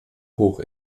hoch